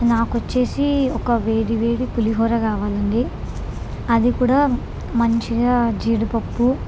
నాకు వచ్చి ఒక వేడి వేడి పులిహోర కావాలండి అది కూడా మంచిగా జీడిపప్పు